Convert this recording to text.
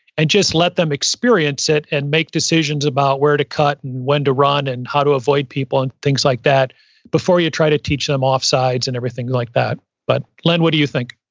and just let them experience it and make decisions about where to cut and and when to run and how to avoid people and things like that before you try to teach them offsides and everything like that but len, what do you think?